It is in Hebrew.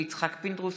יצחק פינדרוס,